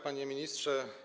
Panie Ministrze!